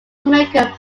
american